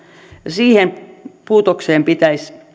siihen puutokseen pitäisi